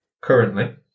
Currently